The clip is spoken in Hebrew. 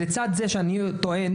ולצד זה שאני טועה,